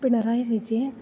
Pinarayi Vijayan